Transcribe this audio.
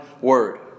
word